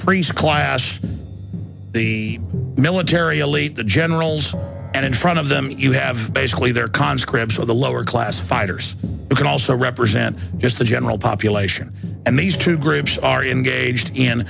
priest class the military elite the generals and in front of them you have basically their conscripts or the lower class fighters who can also represent just the general population and these two groups are engaged in